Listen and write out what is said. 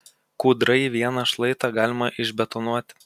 kūdrai vieną šlaitą galima išbetonuoti